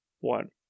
one